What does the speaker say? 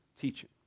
teaching